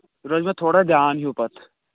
یہِ روزِ مےٚ تھوڑا دھیان ہیوٗ پَتہٕ